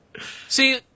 See